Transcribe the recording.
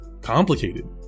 complicated